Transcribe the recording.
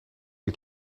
het